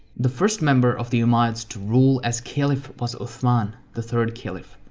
the first member of the umayyads to rule as caliph was uthman, the third caliph.